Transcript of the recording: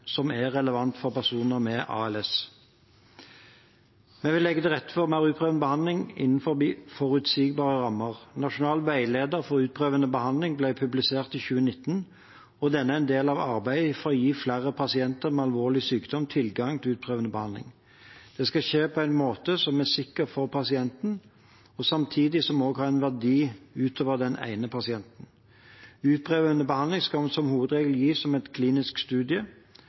som er relevant for personer med ALS. Vi vil legge til rette for mer utprøvende behandling innen forutsigbare rammer. Nasjonal veileder for utprøvende behandling ble publisert i 2019, og denne er en del av arbeidet for å gi flere pasienter med alvorlig sykdom tilgang til utprøvende behandling. Det skal skje på en måte som er sikker for pasienten, og som samtidig har en verdi utover den ene pasienten. Utprøvende behandling skal som hovedregel gis som en klinisk studie.